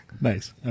Nice